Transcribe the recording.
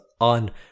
on